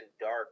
dark